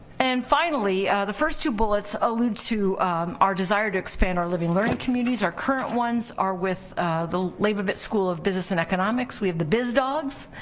and finally, the first two bullets alludes to our desire to expand our living-learning communities. our current ones are with the labovitz school of business and economics. we have the bizdogs,